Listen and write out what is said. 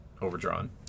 overdrawn